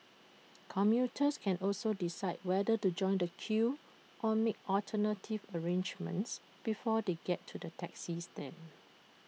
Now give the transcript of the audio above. commuters can also decide whether to join the queue or make alternative arrangements before they get to the taxi stand